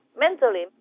Mentally